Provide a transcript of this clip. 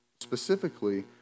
specifically